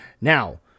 Now